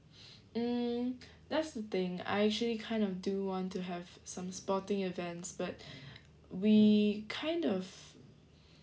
mm that's the thing I actually kind of do want to have some sporting events but we kind of